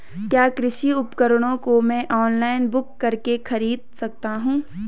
क्या कृषि उपकरणों को मैं ऑनलाइन बुक करके खरीद सकता हूँ?